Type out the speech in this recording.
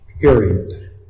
period